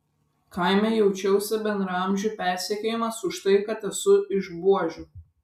kaime jaučiausi bendraamžių persekiojamas už tai kad esu iš buožių